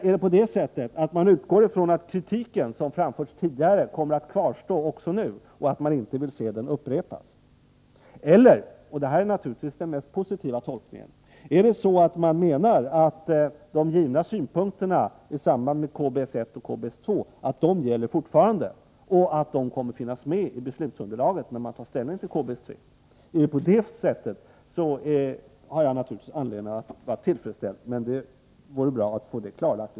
Eller utgår man ifrån att den kritik som framförts tidigare kommer att kvarstå nu, så att man inte vill se den upprepas? Eller — och det är naturligtvis den mest positiva tolkningen — menar man att de givna synpunkterna i samband med KBS-1 och KBS-2 fortfarande gäller och kommer att finnas med i beslutsunderlaget vid ställningstagandet till KBS-3? Är det på det sättet har jag naturligtvis anledning att vara tillfredsställd. Men det vore i så fall bra att få det klarlagt.